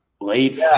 late